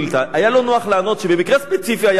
היה לו נוח לענות שבמקרה ספציפי היה מכרז.